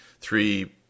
three